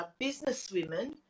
businesswomen